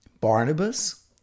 Barnabas